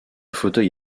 fauteuil